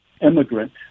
immigrant